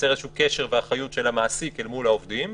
כמייצר קשר ואחריות של המעסיק אל מול העובדים,